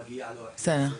מגיע לו ההחזר.